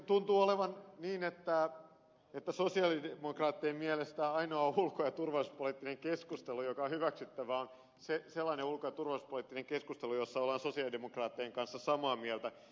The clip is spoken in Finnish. tuntuu olevan niin että sosialidemokraattien mielestä ainoa ulko ja turvallisuuspoliittinen keskustelu joka on hyväksyttävää on sellainen ulko ja turvallisuuspoliittinen keskustelu jossa ollaan sosialidemokraattien kanssa samaa mieltä